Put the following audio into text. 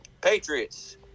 patriots